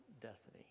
destiny